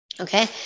Okay